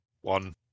one